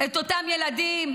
את אותם ילדים,